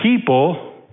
people